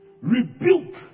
rebuke